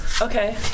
Okay